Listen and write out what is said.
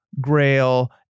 Grail